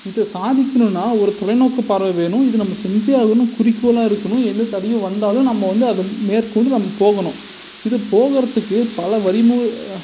இதை சாதிக்கிணும்னா ஒரு தொலைநோக்கு பார்வை வேணும் இது நம்ம செஞ்சு ஆகணுன்னு குறிக்கோளாக இருக்குணும் எந்த தடையும் வந்தாலும் நம்ம வந்து அதை மேற்கொண்டு நம்ம போகணும் இது போகிறத்துக்கு பல வழி